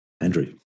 Andrew